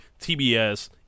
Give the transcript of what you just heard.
TBS